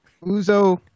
Uzo